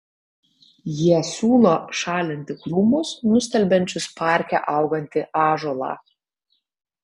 jie siūlo šalinti krūmus nustelbiančius parke augantį ąžuolą